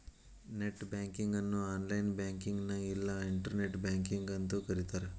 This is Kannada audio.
ನೆಟ್ ಬ್ಯಾಂಕಿಂಗ್ ಅನ್ನು ಆನ್ಲೈನ್ ಬ್ಯಾಂಕಿಂಗ್ನ ಇಲ್ಲಾ ಇಂಟರ್ನೆಟ್ ಬ್ಯಾಂಕಿಂಗ್ ಅಂತೂ ಕರಿತಾರ